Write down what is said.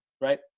right